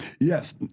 Yes